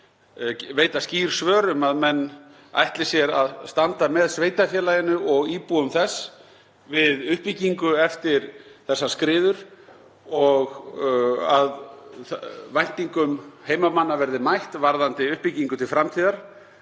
veita skýr svör um að menn ætli sér að standa með sveitarfélaginu og íbúum þess við uppbyggingu eftir þessar skriður og að væntingum heimamanna verði mætt varðandi uppbyggingu til framtíðar.